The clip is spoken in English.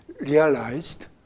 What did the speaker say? realized